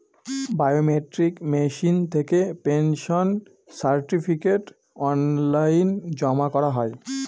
biometric machine থেকে pension certificate online জমা করা হয়